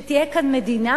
שתהיה כאן מדינה